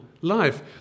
life